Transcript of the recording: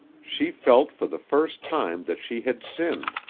she felt for the first time that she had sinned,